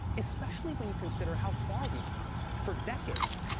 especially when you consider how far we've come. for decades,